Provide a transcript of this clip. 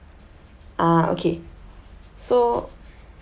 uh okay so